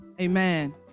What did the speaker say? Amen